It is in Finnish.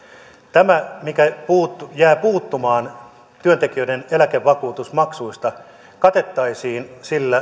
tämä mikä jää puuttumaan työntekijöiden eläkevakuutusmaksuista katettaisiin